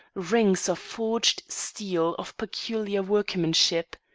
rings of forged steel of peculiar workmanship.